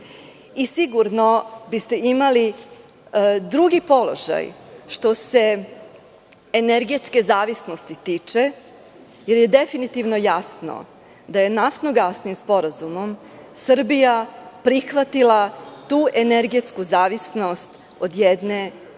i sigurno biste imali drugi položaj što se energetske zavisnosti tiče, jer je definitivno jasno da je naftno-gasni sporazumom Srbija prihvatila tu energetsku zavisnost od jedne države,